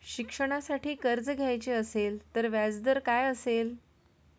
शिक्षणासाठी कर्ज घ्यायचे असेल तर व्याजदर काय असेल?